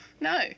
no